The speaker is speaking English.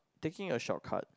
taking a shortcut